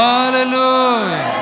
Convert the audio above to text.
Hallelujah